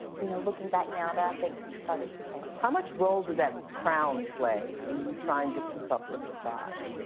you know, looking back now, that i think things started to change. winfrey how much role did that crown play in you trying to keep up the facade?